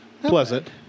Pleasant